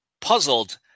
puzzled